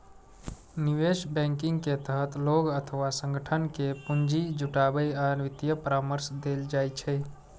निवेश बैंकिंग के तहत लोग अथवा संगठन कें पूंजी जुटाबै आ वित्तीय परामर्श देल जाइ छै